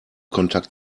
kontakt